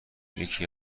یکی